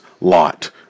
lot